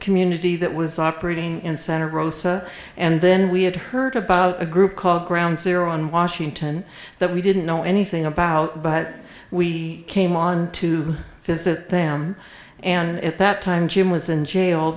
community that was operating in santa rosa and then we had heard about a group called ground zero in washington that we didn't know anything about but we came on to visit them and at that time jim was in jail